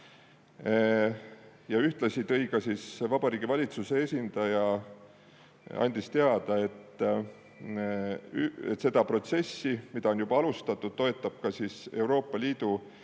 Ühtlasi andis Vabariigi Valitsuse esindaja teada, et seda protsessi, mida on juba alustatud, toetab ka Euroopa Liidu